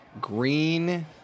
Green